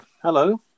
Hello